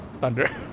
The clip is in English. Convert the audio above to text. thunder